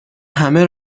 همه